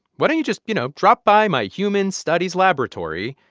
what don't you just, you know, drop by my human studies laboratory?